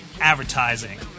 advertising